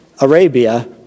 Arabia